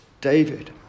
David